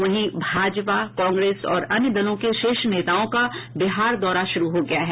वहीं भाजपा कांग्रेस और अन्य दलों के शीर्ष नेताओं का बिहार दौरा शुरू हो गया है